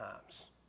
times